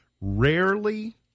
rarely